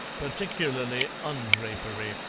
particularly undrapery.